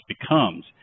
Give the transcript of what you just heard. becomes